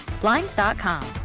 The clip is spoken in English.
Blinds.com